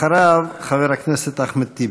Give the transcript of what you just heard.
אחריו, חבר הכנסת אחמד טיבי.